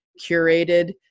curated